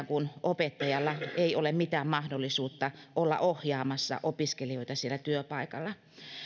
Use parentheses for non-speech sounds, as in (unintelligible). (unintelligible) kun opettajalla ei ole mitään mahdollisuutta olla ohjaamassa opiskelijoita siellä työpaikalla